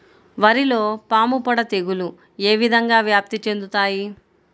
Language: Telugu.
వరిలో పాముపొడ తెగులు ఏ విధంగా వ్యాప్తి చెందుతాయి?